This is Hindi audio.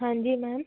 हाँ जी मैम